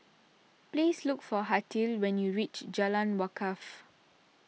please look for Hartley when you reach Jalan Wakaff